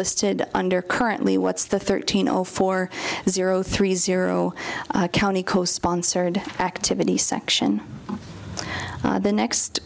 listed under currently what's the thirteen zero four zero three zero county co sponsored activity section the next